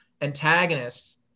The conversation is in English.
antagonists